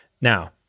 Now